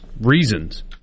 reasons